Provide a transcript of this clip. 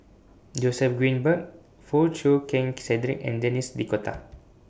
Joseph Grimberg Foo Chee Keng Cedric and Denis D'Cotta